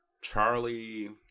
Charlie